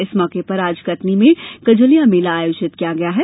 इस मौके पर आज कटनी में कजलिया मेला आयोजित किया गया है